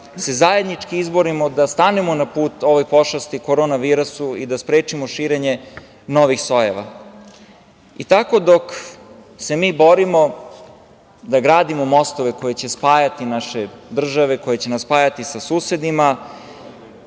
se zajednički izborimo, da stanemo na put ovoj pošasti, koronavirusu i da sprečimo širenje novih sojeva. Dok se mi borimo da gradimo mostove koji će spajati naše države, koji će nas spajati sa susedima,